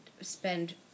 spend